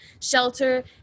shelter